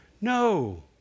No